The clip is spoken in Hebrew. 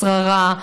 השררה,